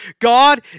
God